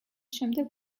შემდეგ